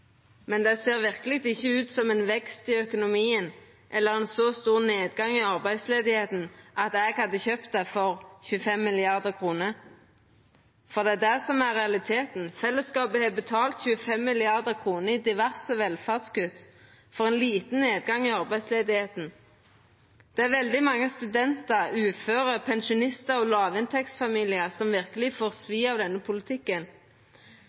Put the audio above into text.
men det ser verkeleg ikkje ut som ein vekst i økonomien eller ein så stor nedgang i arbeidsløysa at eg hadde kjøpt det for 25 mrd. kr. For det er det som er realiteten, fellesskapet har betalt 25 mrd. kr i diverse velferdskutt for ein liten nedgang i arbeidsløysa. Det er veldig mange studentar, uføre, pensjonistar og låginntektsfamiliar som verkeleg får svi for denne politikken.